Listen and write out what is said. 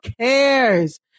cares